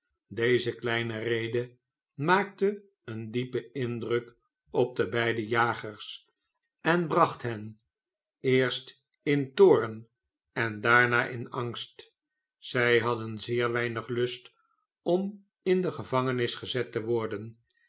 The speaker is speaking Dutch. deze kleine rede maakte een diepen indruk op de beide jagers en bracht hen eerst in toorn en daarna in angst zy hadden zeer weinig lust om in de gevangenis gezet te worden